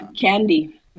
candy